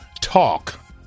talk